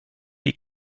die